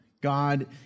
God